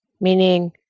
meaning